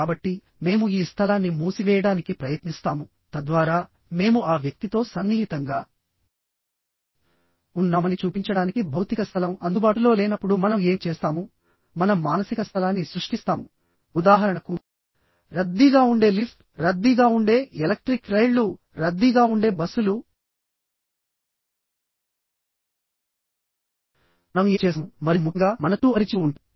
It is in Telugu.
కాబట్టి మేము ఈ స్థలాన్ని మూసివేయడానికి ప్రయత్నిస్తాము తద్వారా మేము ఆ వ్యక్తితో సన్నిహితంగా ఉన్నామని చూపించడానికి భౌతిక స్థలం అందుబాటులో లేనప్పుడు మనం ఏమి చేస్తాము మనం మానసిక స్థలాన్ని సృష్టిస్తాము ఉదాహరణకు రద్దీగా ఉండే లిఫ్ట్ రద్దీగా ఉండే ఎలక్ట్రిక్ రైళ్లు రద్దీగా ఉండే బస్సులు మనం ఏమి చేస్తాము మరియు ముఖ్యంగా మన చుట్టూ అపరిచితులు ఉంటారు